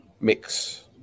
Mix